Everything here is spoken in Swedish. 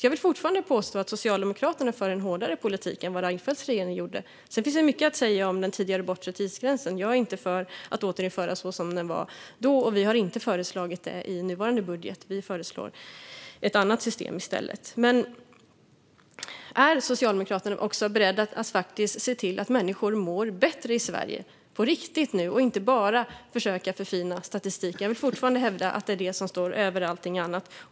Jag vill fortfarande påstå att Socialdemokraterna för en hårdare politik än vad Reinfeldts regering gjorde. Sedan finns det mycket att säga om den tidigare bortre tidsgränsen. Jag är inte för att återinföra den så som den var då, och vi har inte föreslagit det i nuvarande budget. Vi föreslår ett annat system i stället. Är Socialdemokraterna beredda att se till att människor faktiskt mår bättre i Sverige på riktigt och inte bara försöka förfina statistiken? Jag vill fortfarande hävda att det är det som står över allting annat.